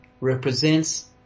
represents